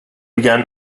began